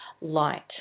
light